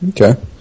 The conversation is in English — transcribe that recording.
Okay